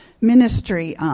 ministry